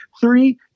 three